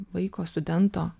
vaiko studento